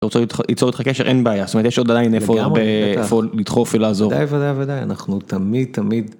רוצה ליצור איתך קשר אין בעיה זאת אומרת יש עוד עדיין איפה לדחוף ולעזור.